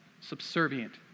subservient